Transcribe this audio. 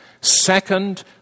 Second